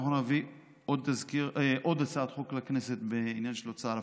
אנחנו נביא עוד הצעת חוק לכנסת בעניין ההוצאה לפועל,